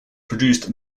produced